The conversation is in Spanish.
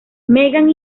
megan